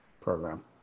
program